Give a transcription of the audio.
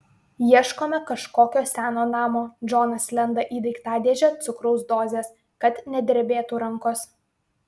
ieškome kažkokio seno namo džonas lenda į daiktadėžę cukraus dozės kad nedrebėtų rankos